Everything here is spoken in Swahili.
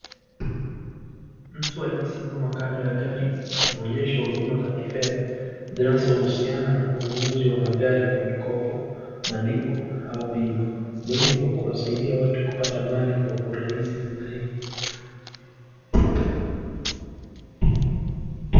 Mtu aliye simama kando ya gari inaonyesha uduma ya kifedha zinasouziana na ununuzi ya magari Kwa mkopo malipo au pima ni mhimu Kwa kuwasadia watu kupata mali kwa urahisi zaidi.